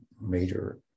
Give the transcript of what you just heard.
major